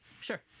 sure